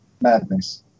madness